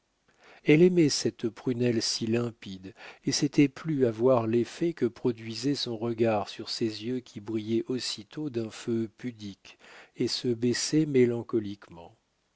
elle aimait cette prunelle si limpide et s'était plu à voir l'effet que produisait son regard sur ces yeux qui brillaient aussitôt d'un feu pudique et se baissaient mélancoliquement